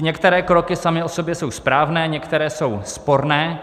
Některé kroky samy o sobě jsou správné, některé jsou sporné.